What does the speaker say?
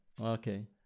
Okay